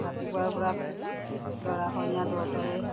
ৰাতিপুৱাৰ পৰা দৰা কইনা দুয়োটাৰে